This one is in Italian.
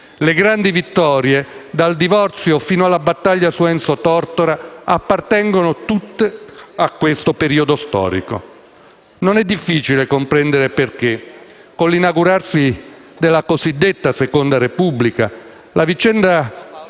Le grandi vittorie, dal divorzio fino alla battaglia su Enzo Tortora, appartengono tutte a questo periodo storico. Non è difficile comprendere perché, con l'inaugurarsi della cosiddetta seconda Repubblica, la vicenda